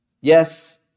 Yes